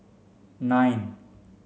nine